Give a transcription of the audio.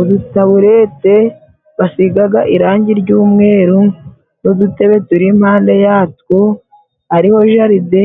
Udutaburete basigaga irangi ry'umweru n'udutebe turi impande yatwo, hariho jaride